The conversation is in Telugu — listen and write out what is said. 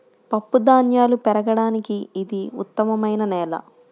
పప్పుధాన్యాలు పెరగడానికి ఇది ఉత్తమమైన నేల